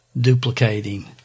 duplicating